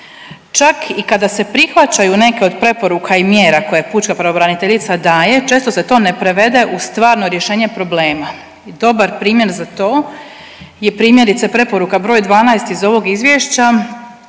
Čak i kada se prihvaćaju neke od preporuka i mjera koje pučka pravobraniteljica daje, često se to ne prevede u stvarno rješenje problema i dobar primjer za to je primjerice, preporuka br. 12 iz ovog Izvješća,